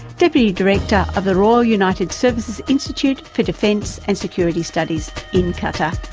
deputy director of the royal united services institute for defence and security studies, in qatar.